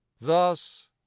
Thus